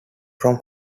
from